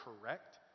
correct